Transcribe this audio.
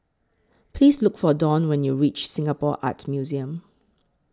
Please Look For Dawne when YOU REACH Singapore Art Museum